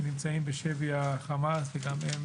שנמצאים בשבי החמאס, וגם הם